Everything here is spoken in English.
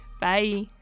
Bye